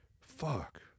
fuck